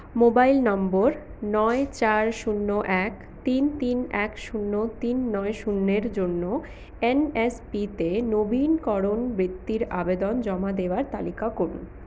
mobile নম্বর নয় চার শূন্য এক তিন তিন এক শূন্য তিন নয় শূন্যের জন্য এন এস পিতে নবীনকরণ বৃত্তির আবেদন জমা দেওয়ার তালিকা করুন